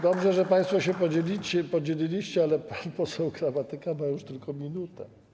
Dobrze, że państwo się podzieliliście, ale pan poseł Gramatyka ma już tylko minutę.